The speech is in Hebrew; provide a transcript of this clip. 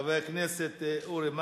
חבר הכנסת אורי מקלב,